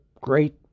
great